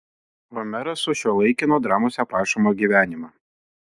homeras sušiuolaikino dramose aprašomą gyvenimą